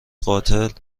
قاتل